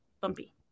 bumpy